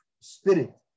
spirit